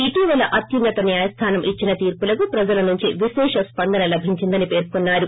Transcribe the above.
ఇటీవల అత్యున్నత న్యాయస్థానం ఇచ్చిన తీర్పులకు ప్రజల నుంచి విశేష స్పందన లభించిందని పేర్కొన్నారు